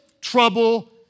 trouble